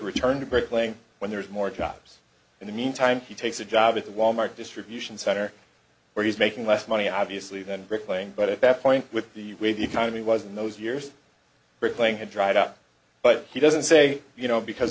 return to bricklaying when there's more jobs in the meantime he takes a job at the wal mart distribution center where he's making less money obviously than bricklaying but at that point with the way the economy was in those years bricklaying had dried up but he doesn't say you know because